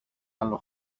άλλο